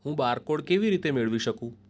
હું બારકોડ કેવી રીતે મેળવી શકું